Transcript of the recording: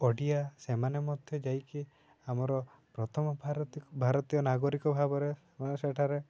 ଓଡ଼ିଆ ସେମାନେ ମଧ୍ୟ ଯାଇକି ଆମର ପ୍ରଥମ ଭାରତୀୟ ନାଗରିକ ଭାବରେ ସେଠାରେ